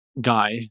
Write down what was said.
guy